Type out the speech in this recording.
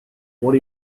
what